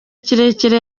kirekire